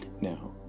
Now